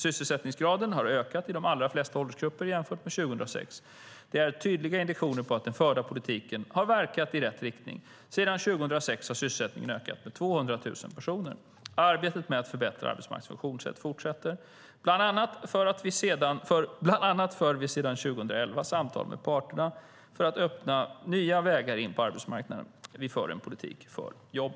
Sysselsättningsgraden har ökat i de allra flesta åldersgrupper jämfört med 2006. Det är tydliga indikationer på att den förda politiken har verkat i rätt riktning. Sedan 2006 har sysselsättningen ökat med 200 000 personer. Arbetet med att förbättra arbetsmarknadens funktionssätt fortsätter. Bland annat för vi sedan 2011 samtal med parterna för att öppna nya vägar in på arbetsmarknaden. Vi för en politik för jobb.